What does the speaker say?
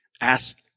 Ask